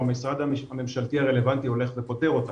או משרד הממשלתי הרלוונטי הולך ופותר אותה.